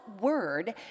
word